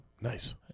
Nice